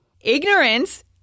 ignorance